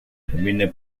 conviene